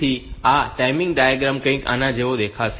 તેથી આ timing diagram કંઈક આના જેવો દેખાશે